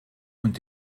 und